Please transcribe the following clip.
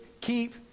keep